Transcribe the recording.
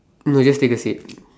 no you just take a seat